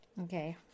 Okay